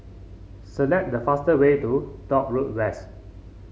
select the fast way to Dock Road West